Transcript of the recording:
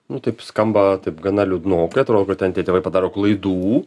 nu taip skamba taip gana liūdnokai atrodo kad ten tėvai padaro klaidų